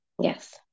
yes